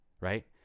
right